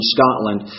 Scotland